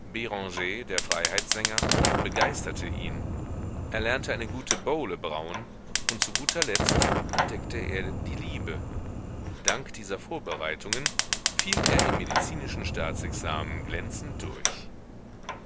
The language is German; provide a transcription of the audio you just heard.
der freiheitssänger begeisterte ihn er lernte eine gute bowle brauen und zu guter letzt entdeckte er die liebe dank diesen vorbereitungen fiel er im medizinischen staatsexamen glänzend durch